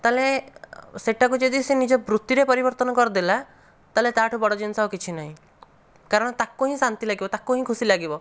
ତାହେଲେ ସେଟାକୁ ଯଦି ସିଏ ନିଜ ବୃତ୍ତିରେ ପରିବର୍ତ୍ତନ କରିଦେଲା ତାହେଲେ ତା ଠୁ ବଡ଼ ଜିନିଷ ଆଉ କିଛି ନାହିଁ କାରଣ ତା'କୁ ହିଁ ଶାନ୍ତି ଲାଗିବ ତା'କୁ ହିଁ ଖୁସି ଲାଗିବ